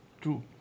True